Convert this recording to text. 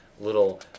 little